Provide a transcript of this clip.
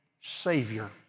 Savior